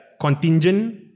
contingent